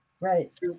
right